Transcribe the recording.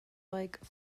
like